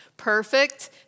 Perfect